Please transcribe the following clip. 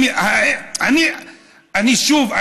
שוב,